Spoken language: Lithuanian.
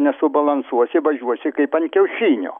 nesubalansuosi važiuosi kaip ant kiaušinio